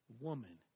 woman